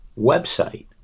website